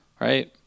right